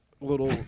little